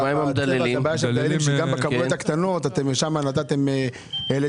גם בכמויות הקטנות, שם העליתם.